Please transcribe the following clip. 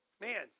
man